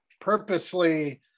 purposely